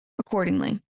accordingly